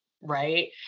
Right